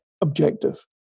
objective